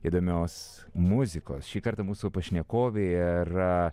įdomios muzikos šįkart mūsų pašnekovė yra